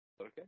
Okay